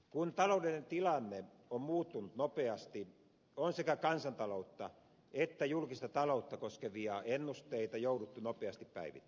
kun taloudellinen tilanne on muuttunut nopeasti on sekä kansantaloutta että julkista taloutta koskevia ennusteita jouduttu nopeasti päivittämään